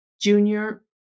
junior